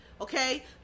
okay